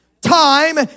Time